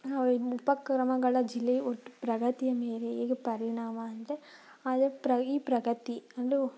ಉಪಕ್ರಮಗಳ ಜಿಲ್ಲೆ ಒಟ್ಟು ಪ್ರಗತಿಯ ಮೇಲೆ ಹೇಗೆ ಪರಿಣಾಮ ಅಂದರೆ ಪ್ರಯೀ ಪ್ರಗತಿ ಅಂದು